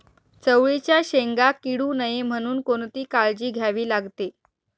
चवळीच्या शेंगा किडू नये म्हणून कोणती काळजी घ्यावी लागते?